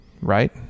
right